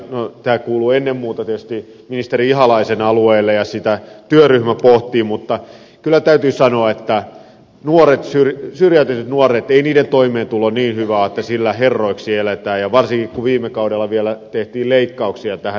tämä kuuluu ennen muuta tietysti ministeri ihalaisen alueelle ja sitä työryhmä pohtii mutta kyllä täytyy sanoa että ei syrjäytyneiden nuorten toimeentulo niin hyvä ole että sillä herroiksi eletään ja varsinkin kun viime kaudella vielä tehtiin leikkauksia tähän